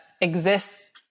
exists